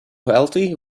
wealthy